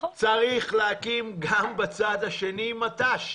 צריך להקים גם בצד השני מט"ש.